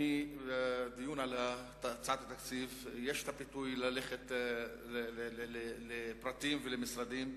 בדיון על הצעת התקציב יש הפיתוי ללכת לפרטים ולמשרדים,